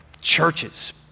churches